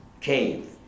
cave